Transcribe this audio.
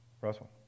Russell